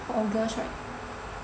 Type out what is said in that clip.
August right